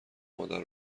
مادر